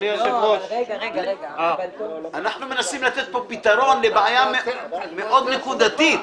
אנחנו מנסים לתת פה פתרון לבעיה מאוד נקודתית.